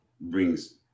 brings